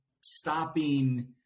stopping